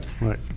right